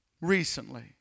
recently